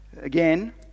again